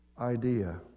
idea